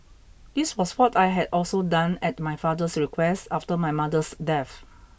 this was what I had also done at my father's request after my mother's death